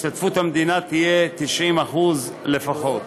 השתתפות המדינה תהיה 90% לפחות,